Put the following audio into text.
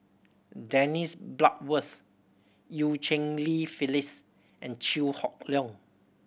Dennis Bloodworth Eu Cheng Li Phyllis and Chew Hock Leong